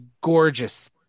gorgeous